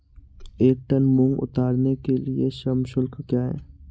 एक टन मूंग उतारने के लिए श्रम शुल्क क्या है?